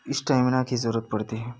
stamina की जरूरत पड़ती है